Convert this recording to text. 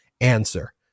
Answer